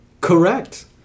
Correct